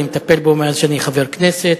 אני מטפל בו מאז אני חבר כנסת,